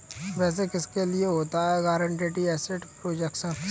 वैसे किसके लिए होता है गारंटीड एसेट प्रोटेक्शन स्कीम?